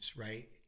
right